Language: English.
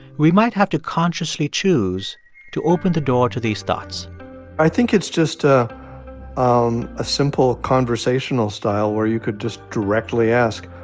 we might have to consciously choose to open the door to these thoughts i think it's just a um simple conversational style where you could just directly ask,